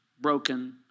broken